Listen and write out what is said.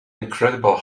incredible